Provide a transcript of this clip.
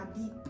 deep